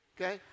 okay